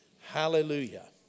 Hallelujah